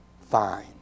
fine